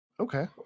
Okay